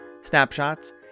snapshots